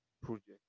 project